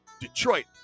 Detroit